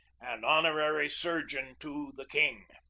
and honorary surgeon to the king.